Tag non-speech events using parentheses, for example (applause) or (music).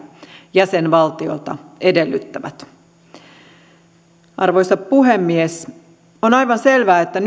jäsenvaltiolta edellyttävät arvoisa puhemies on aivan selvää että (unintelligible)